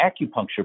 acupuncture